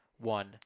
One